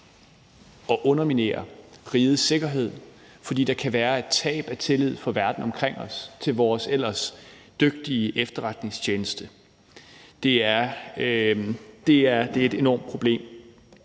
at underminere rigets sikkerhed, fordi der fra verden omkring os kan være et tab af tillid til vores ellers dygtige efterretningstjeneste. Det er et enormt problem.